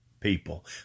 people